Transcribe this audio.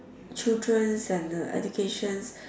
children and uh educations